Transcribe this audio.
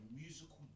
musical